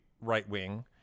right-wing